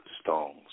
stones